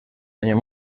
año